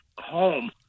home